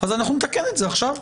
אנחנו נתקן את זה עכשיו.